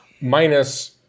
minus